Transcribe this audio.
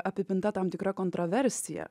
apipinta tam tikra kontroversija